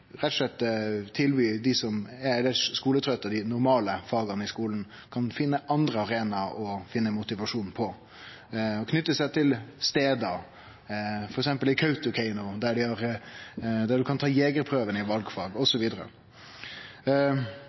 rett og slett å tilby dei som elles er skoletrøtte, i dei normale faga i skolen, å finne andre arenaer å få motivasjon på, og knyte seg til stader, f.eks. Kautokeino, der ein kan ta jegerprøven i valfag.